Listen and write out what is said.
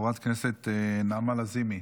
חברת הכנסת נעמה לזימי,